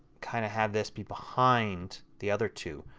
kind of have this behind the other two.